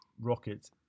rocket